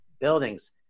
buildings